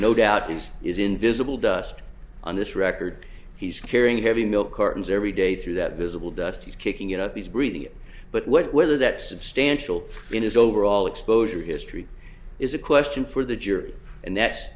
no doubt these is invisible dust on this record he's carrying heavy milk cartons every day through that visible dust he's kicking it up he's breathing but what whether that substantial in his overall exposure history is a question for the jury and that's